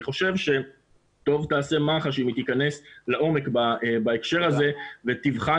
אני חושב שטוב תעשה מח"ש אם היא תיכנס לעומק בהקשר הזה ותבחן